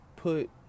put